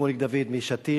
שמוליק דוד משתי"ל,